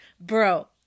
Bro